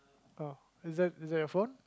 oh is that is that your phone